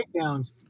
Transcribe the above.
takedowns